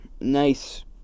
nice